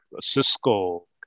Cisco